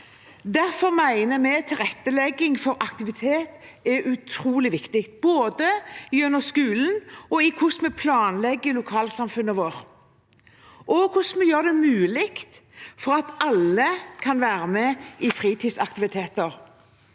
Derfor mener vi tilrettelegging for aktivitet er utrolig viktig, gjennom både skolen og hvordan vi planlegger lokalsamfunnene våre, og hvordan vi gjør det mulig for alle å være med i fritidsaktiviteter.